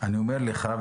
אני אומר לך,